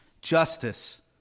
justice